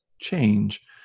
change